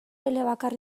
elebakar